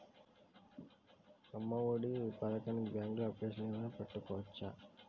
అమ్మ ఒడి పథకంకి బ్యాంకులో అప్లికేషన్ ఏమైనా పెట్టుకోవచ్చా?